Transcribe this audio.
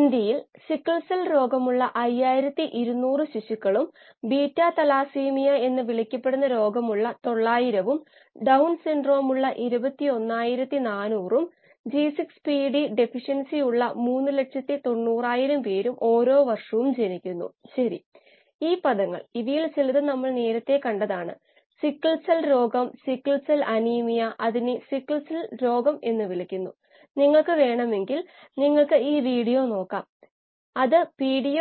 500 rpm ൽ പ്രവർത്തിക്കുന്ന ഇളക്കുന്ന tank bioreactor 1 atm 37 degree C dynamic പ്രതികരണ രീതി